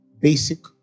basic